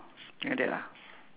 something like that ah